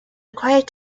required